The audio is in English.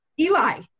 Eli